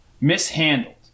mishandled